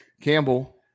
Campbell